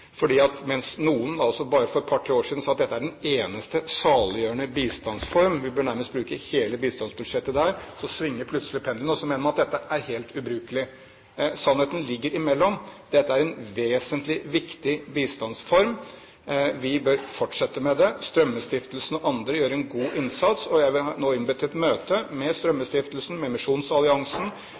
Mens noen altså bare for et par–tre år siden sa at dette er den eneste saliggjørende bistandsform – vi bør nærmest bruke hele statsbudsjettet der – så svinger plutselig pendelen, og så mener man at dette er helt ubrukelig. Sannheten ligger imellom. Dette er en vesentlig, viktig bistandsform. Vi bør fortsette med det. Strømmestiftelsen og andre gjør en god innsats, og jeg har nå innbudt til et møte med Strømmestiftelsen, med Misjonsalliansen